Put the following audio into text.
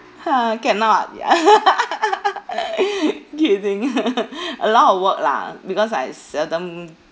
!huh! cannot ya kidding a lot of work lah because I seldom